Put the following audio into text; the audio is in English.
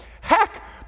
Heck